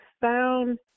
found